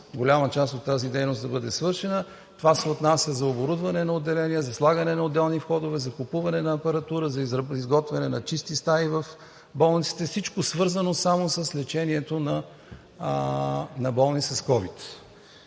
голяма част от тази дейност да бъде свършена. Това се отнася за оборудване на отделения, за слагане на отделни входове, за купуване на апаратура, за изготвяне на чисти стаи в болниците – всичко свързано само с лечението на болни с ковид.